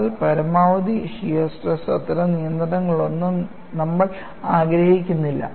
എന്നാൽ പരമാവധി shear stress ന് അത്തരം നിയന്ത്രണങ്ങളൊന്നും നമ്മൾ ആഗ്രഹിക്കുന്നില്ല